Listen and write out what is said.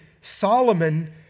Solomon